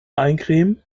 eincremen